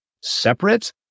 separate